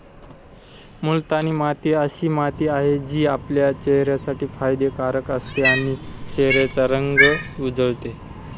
मुलतानी माती अशी माती आहे, जी आपल्या चेहऱ्यासाठी फायदे कारक असते आणि चेहऱ्याचा रंग उजळते